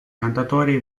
cantautore